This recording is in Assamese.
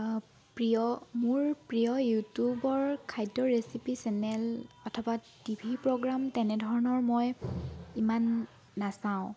প্ৰিয় মোৰ প্ৰিয় ইউটিউবৰ খাদ্য ৰেচিপি চেনেল অথবা টি ভি প্ৰগ্ৰাম তেনেধৰণৰ মই ইমান নাচাওঁ